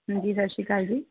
ਹਾਂਜੀ ਸਤਿ ਸ਼੍ਰੀ ਅਕਾਲ ਜੀ